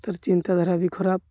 ତାର ଚିନ୍ତାଧାରା ବି ଖରାପ